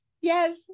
Yes